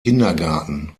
kindergarten